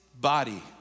body